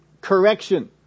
Correction